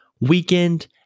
weekend